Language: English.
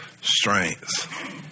strength